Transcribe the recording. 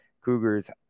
Cougars